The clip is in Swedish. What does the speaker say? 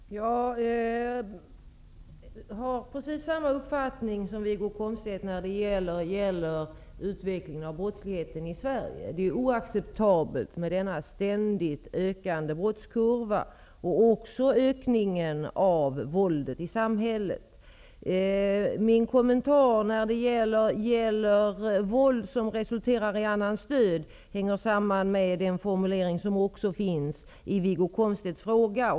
Herr talman! Jag har precis samma uppfattning som Wiggo Komstedt när det gäller utvecklingen av brottsligheten i Sverige. Det är oacceptabelt med denna ständigt stigande brottskurva och också med ökningen av våldet i samhället. Min kommentar till våld som resulterar i annans död hänger samman med den formulering som också finns i Wiggo Komstedts fråga.